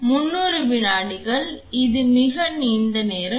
300 வினாடிகள் இது மிக நீண்ட நேரம்